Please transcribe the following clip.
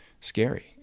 scary